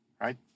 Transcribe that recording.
right